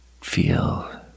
feel